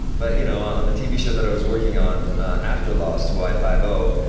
but, you know, on the tv show that i was working on after last hawaii five-o.